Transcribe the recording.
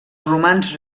romans